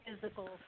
physical